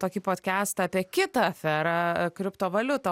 tokį potkestą apie kitą aferą kriptovaliutą